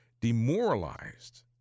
demoralized